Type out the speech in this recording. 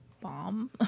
bomb